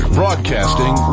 broadcasting